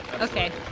okay